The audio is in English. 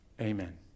Amen